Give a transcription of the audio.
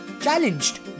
challenged